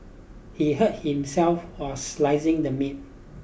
he hurt himself while slicing the meat